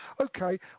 Okay